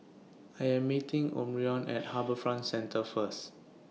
I Am meeting Omarion At HarbourFront Centre First